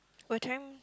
what time